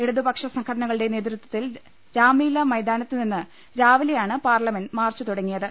ഇടതുപക്ഷ സംഘടനകളുടെ നേതൃത്വത്തിൽ രാംലീല മൈതാ നത്ത് നിന്ന് രാവിലെയാണ് പാർലമെന്റ് മാർച്ച് തുടങ്ങിയത്